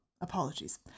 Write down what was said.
Apologies